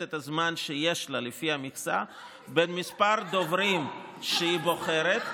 את הזמן שיש לה לפי המכסה בין כמה דוברים שהיא בוחרת,